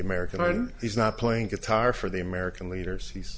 mean he's not playing guitar for the american leaders he's